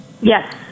Yes